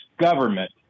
government